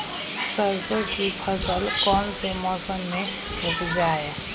सरसों की फसल कौन से मौसम में उपजाए?